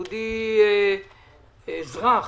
יהודי אזרח,